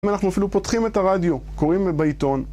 אנחנו אפילו פותחים את הרדיו, קוראים בעיתון